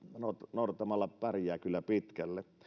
noudattamalla pärjää kyllä pitkälle